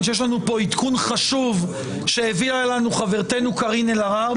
שיש לנו עדכון חשוב שהביאה לנו קארין אלהרר.